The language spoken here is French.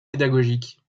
pédagogiques